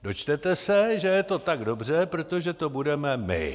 Dočtete se, že je to tak dobře, protože to budeme my.